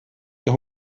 der